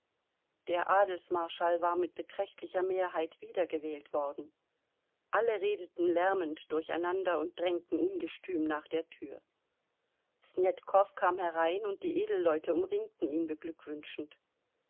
der adelsmarschall war mit beträchtlicher mehrheit wiedergewählt worden alle redeten lärmend durcheinander und drängten ungestüm nach der tür snetkow kam herein und die edelleute umringten ihn beglückwünschend